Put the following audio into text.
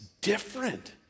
different